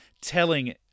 telling